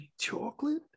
Chocolate